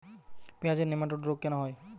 পেঁয়াজের নেমাটোড রোগ কেন হয়?